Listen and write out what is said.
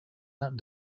that